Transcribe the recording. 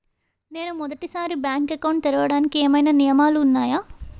నేను మొదటి సారి బ్యాంక్ అకౌంట్ తెరవడానికి ఏమైనా నియమాలు వున్నాయా?